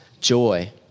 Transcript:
joy